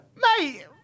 mate